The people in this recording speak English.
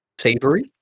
savory